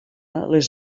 les